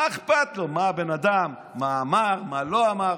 מה אכפת לו מה בן אדם אמר, מה לא אמר?